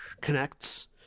connects